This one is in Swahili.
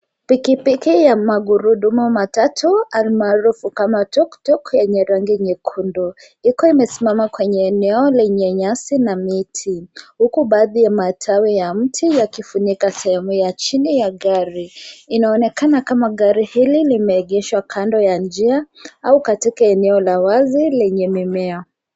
Pikipiki ya magurudumu matatu, al maarufu kama tuktuk yenye rangi nyekundu. Iko imesimama kwenye eneo lenye nyasi na miti, huku baadhi ya matawi ya mti yakifunika sehemu ya chini ya gari. Inaonekana kama gari hili limeegeshwa kando ya njia au katika eneo la wazi lenye mimea.